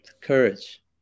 Courage